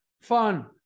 fun